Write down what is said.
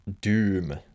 doom